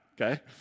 Okay